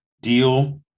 deal